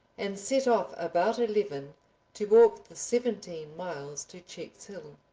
and set off about eleven to walk the seventeen miles to checkshill.